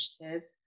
initiative